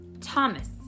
Thomas